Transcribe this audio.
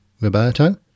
Roberto